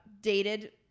dated